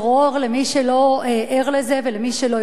למי שלא ער לזה ולמי שלא יודע,